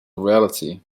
reality